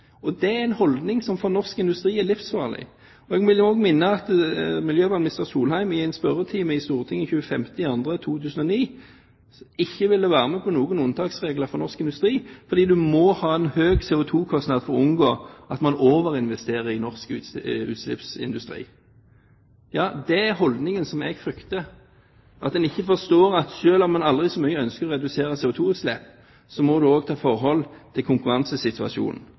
Det er en holdning som er livsfarlig for norsk industri. Jeg vil også minne om at miljøvernminister Solheim i en spørretime i Stortinget 25. februar i 2009 ikke ville være med på noen unntaksregler for norsk industri, fordi man må ha en høy CO2-kostnad for å unngå at man overinvesterer i norsk utslippsindustri. Ja, det er den holdningen som jeg frykter, at en ikke forstår at selv om man aldri så mye ønsker å redusere CO2-utslippet, må man også ta hensyn til konkurransesituasjonen.